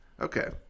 Okay